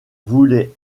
voulaient